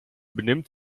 benimmt